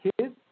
kids